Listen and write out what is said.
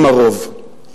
הם הרוב.